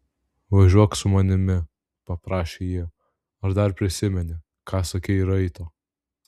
važiuok su manimi paprašė ji ar dar prisimeni ką sakei raito